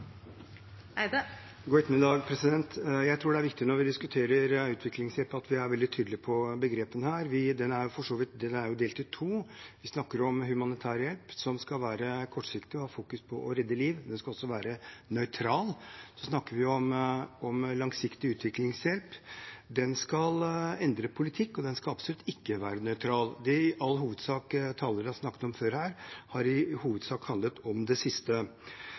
viktig at vi er veldig tydelige på begrepene når vi diskuterer utviklingshjelp. Utviklingshjelpen er delt i to. Vi snakker om humanitær hjelp, som skal være kortsiktig og fokusere på å redde liv. Den skal også være nøytral. Vi snakker også om langsiktig utviklingshjelp. Den skal endre politikk og absolutt ikke være nøytral. Det som talerne før meg her har snakket om, har i hovedsak handlet om det siste.